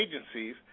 agencies